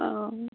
অ'